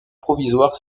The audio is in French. provisoire